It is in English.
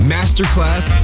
Masterclass